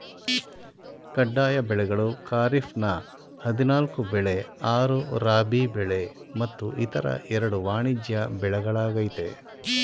ಕಡ್ಡಾಯ ಬೆಳೆಗಳು ಖಾರಿಫ್ನ ಹದಿನಾಲ್ಕು ಬೆಳೆ ಆರು ರಾಬಿ ಬೆಳೆ ಮತ್ತು ಇತರ ಎರಡು ವಾಣಿಜ್ಯ ಬೆಳೆಗಳಾಗಯ್ತೆ